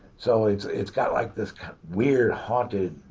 so it's it's got like this weird, haunted,